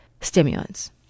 stimulants